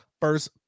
first